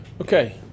Okay